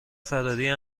فراری